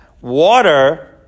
Water